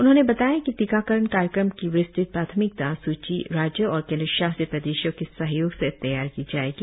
उन्होंने बताया कि टीकाकरण कार्यक्रम की विस्तृत प्राथमिकता सूची राज्यों और केन्द्रशासित प्रदेशों के सहयोग से तैयार की जायेगी